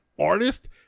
artist